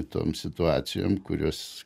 tom situacijom kurios